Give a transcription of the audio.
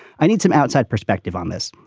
i need some outside perspective on this.